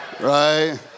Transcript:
right